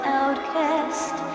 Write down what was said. outcast